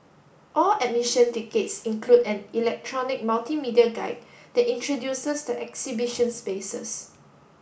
all admission tickets include an electronic multimedia guide that introduces the exhibition spaces